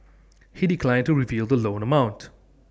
he declined to reveal the loan amount